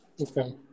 Okay